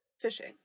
Fishing